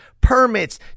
permits